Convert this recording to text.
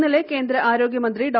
ഇന്നലെ കേന്ദ്ര ആരോഗ്യമന്ത്രി ഡോ